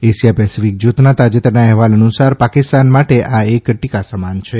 Asia Pacific જૂથના તાજેતરના અહેવાલ અનુસાર પાકિસ્તાન માટે આ એક ટિકા સમાન છે